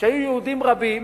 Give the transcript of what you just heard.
שהיו יהודים רבים